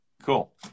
Cool